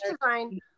design